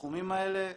בתחומים האלה.